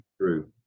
true